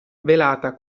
velata